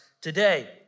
today